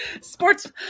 sports